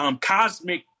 cosmic